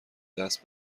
دست